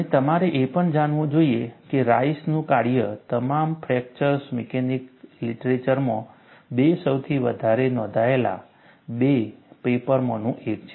અને તમારે એ પણ જાણવું જોઈએ કે રાઇસનું કાર્ય Rice's તમામ ફ્રેક્ચર મિકેનિક્સ લીટરેચરમાં બે સૌથી વધારે નોંધાયેલા બે પેપરમાંનું એક છે